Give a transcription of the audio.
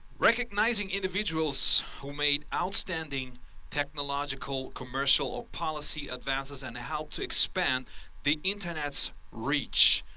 recognizing individuals who made outstanding technological, commercial, or policy advances and help to expand the internet's reach.